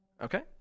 Okay